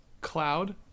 Cloud